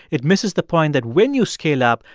it misses the point that when you scale up,